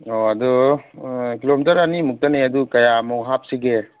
ꯑꯣ ꯑꯗꯨ ꯀꯤꯂꯣꯃꯤꯇꯔ ꯑꯅꯤꯃꯨꯛꯇꯅꯦ ꯑꯗꯨ ꯀꯌꯥꯃꯨꯛ ꯍꯥꯞꯁꯤꯒꯦ